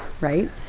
right